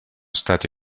stati